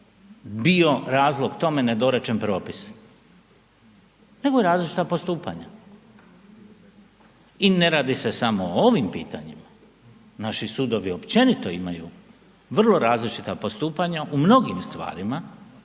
bio razlog tome nedorečen propis nego različita postupanja. I ne radi se samo o ovim pitanjima, naši sudovi općenito imaju vrlo različita postupanja u mnogim stvarima